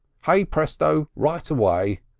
hey presto right away.